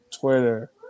Twitter